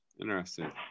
Interesting